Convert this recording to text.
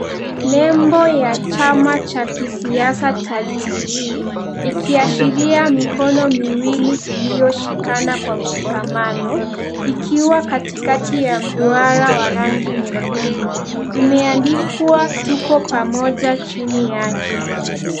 Nembo ya chama cha kisiasa cha Jubilee ikiashiria mikono miwili iliyoshikana kwa mshikamano ikiwa katikati ya mduara wa rangi nyekundu. Imeandikwa tuko pamoja chini yake.